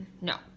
No